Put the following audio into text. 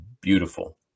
beautiful